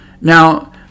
now